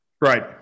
Right